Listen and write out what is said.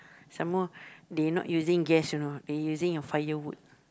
some more they not using gas you know they using a firewood